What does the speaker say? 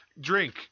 drink